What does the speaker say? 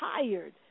tired